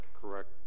correct